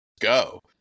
go